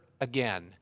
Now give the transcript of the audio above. again